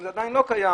וזה עדיין לא קיים.